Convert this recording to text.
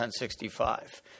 1065